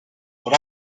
but